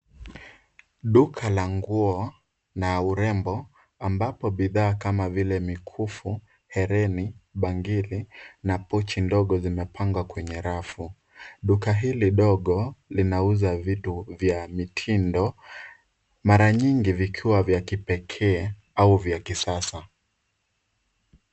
Duka la nguo na urembo ambapo bidhaa kama vile mikufu, hereni, bangili na pochi ndogo zimepangwa kwenye rafu. Duka hili dogo linauza vitu vya mitindo mara nyingi vikiwa vya kipekee au vya kisasa.